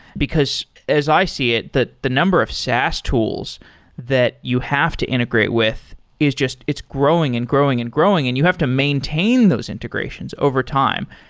because as i see it, the the number of saas tools that you have to integrate with is it's growing and growing and growing and you have to maintain those integrations overtime.